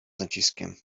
naciskiem